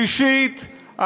שלישית,